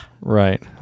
right